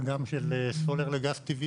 וגם של סולר לגז טבעי,